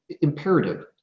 imperative